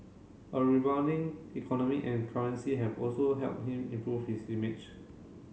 a rebounding economy and currency have also helped him improve his image